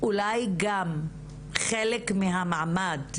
אולי גם חלק מהמעמד,